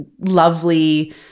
lovely